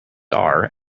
are